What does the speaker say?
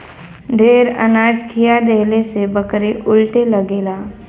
ढेर अनाज खिया देहले से बकरी उलटे लगेला